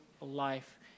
life